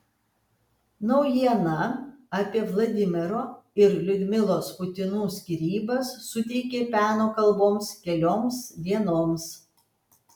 naujiena apie vladimiro ir liudmilos putinų skyrybas suteikė peno kalboms kelioms dienoms